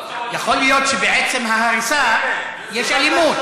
יכול להיות שבעצם ההריסה יש אלימות,